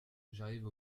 j’arrive